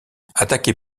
attaqué